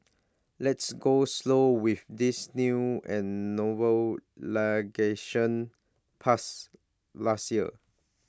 let's go slow with this new and novel passed last year